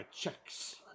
checks